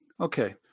Okay